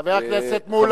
חבר הכנסת מולה.